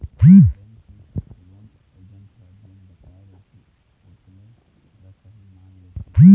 bank के loan agent ह जेन बताए रहिथे ओतने ल सहीं मान लेथे